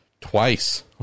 twice